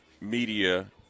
media